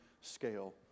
scale